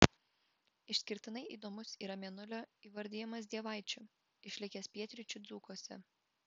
išskirtinai įdomus yra mėnulio įvardijimas dievaičiu išlikęs pietryčių dzūkuose